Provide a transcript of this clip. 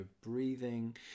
breathing